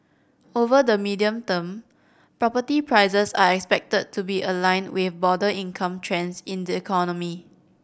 over the medium term property prices are expected to be aligned with broader income trends in the economy